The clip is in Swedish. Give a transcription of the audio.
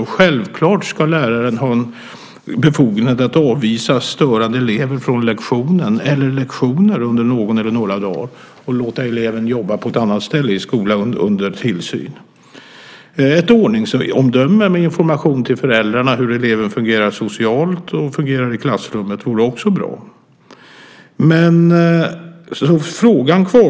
Och självklart ska läraren ha befogenhet att avvisa störande elever från lektioner under någon eller några dagar och låta eleven jobba på ett annat ställe i skolan under tillsyn. Ett ordningsomdöme med information till föräldrarna om hur eleven fungerar socialt och i klassrummet vore också bra.